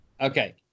Okay